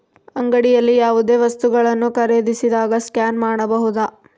ಅಂಗಡಿಯಲ್ಲಿ ಯಾವುದೇ ವಸ್ತುಗಳನ್ನು ಖರೇದಿಸಿದಾಗ ಸ್ಕ್ಯಾನ್ ಮಾಡಬಹುದಾ?